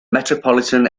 metropolitan